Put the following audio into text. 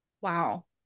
Wow